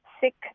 sick